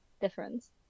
difference